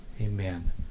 Amen